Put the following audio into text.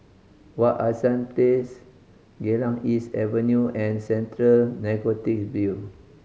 Wak Hassan Place Geylang East Avenue and Central Narcotic Bureau